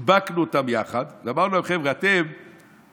הדבקנו אותם ביחד ואמרנו להם: אתם תשפכו,